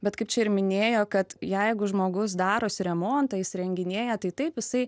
bet kaip čia ir minėjo kad jeigu žmogus darosi remontą įsirenginėja tai taip jisai